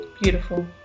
beautiful